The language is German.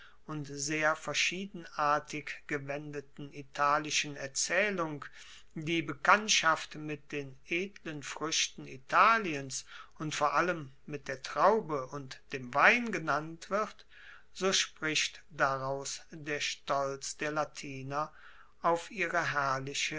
und sehr verschiedenartig gewendeten italischen erzaehlung die bekanntschaft mit den edlen fruechten italiens und vor allem mit der traube und dem wein genannt wird so spricht daraus der stolz der latiner auf ihre herrliche